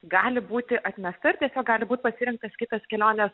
gali būti atmesta ir tiesiog gali būt pasirinktas kitas kelionės